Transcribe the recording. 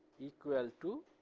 equal to